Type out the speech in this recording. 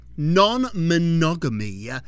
Non-monogamy